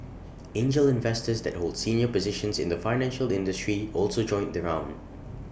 angel investors that hold senior positions in the financial industry also joined the round